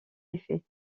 effet